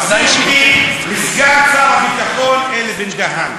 מחזיר אותי לסגן שר הביטחון אלי בן-דהן.